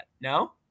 No